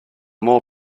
more